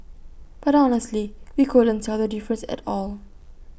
but honestly we couldn't tell the difference at all